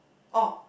oh